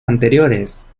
anteriores